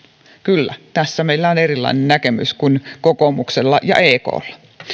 kyllä tässä meillä on erilainen näkemys kuin kokoomuksella ja eklla